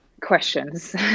questions